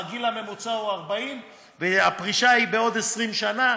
כי הגיל הוא 40 והפרישה היא בעוד 20 שנה